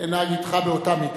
אנהג אתך באותה מידה.